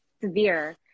severe